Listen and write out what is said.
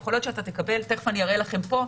יכול להיות שאתה תקבל תכף אני אראה לכם פה,